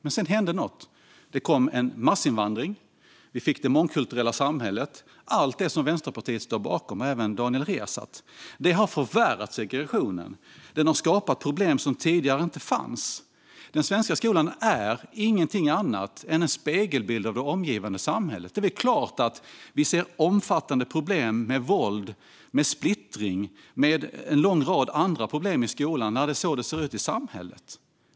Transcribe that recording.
Men sedan hände det något: Det kom en massinvandring, och vi fick det mångkulturella samhället - allt det som Vänsterpartiet och Daniel Riazat står bakom. Det har förvärrat segregationen och skapat problem som tidigare inte fanns. Den svenska skolan är ingenting annat än en spegelbild av det omgivande samhället. Det är väl klart att vi ser omfattande problem med våld och splittring och en lång rad andra problem i skolan när det är så det ser ut i samhället.